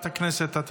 הכנסת יצחק פינדרוס,